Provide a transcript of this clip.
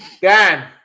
Dan